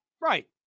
Right